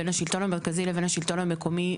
בין השלטון המרכזי לשלטון המקומי,